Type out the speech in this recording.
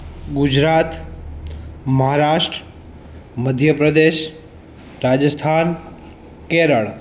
Gujarat Maharashtra Madhya Pradesh Rajasthan Kerala